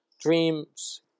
Dreams